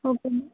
okay ma'am